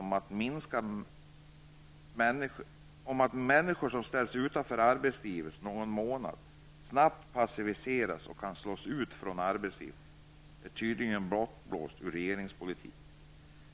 Den insikten att människor som ställs utanför arbetslivet någon månad snabbt passiviseras och kan slås ut från arbetsmarknaden har blivit som bortblåst i regeringspolitiken.